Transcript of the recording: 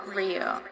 real